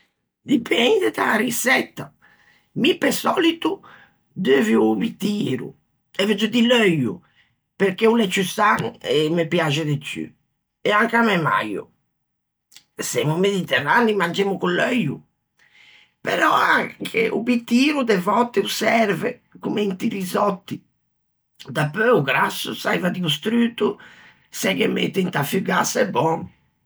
Dipende da-a riçetta. Mi pe sòlito deuvio o bitiro, e veuggio dî l'euio, perché o l'é ciù san e me piaxe de ciù, e anche à mæ maio. Semmi mediterranei, mangemmo con l'euio; però anche o bitiro de vòtte o serve, comme inti risòtti. Dapeu o grasso, saiva à dî o struto, se ghe mette inta fugassa e bòm.